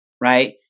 right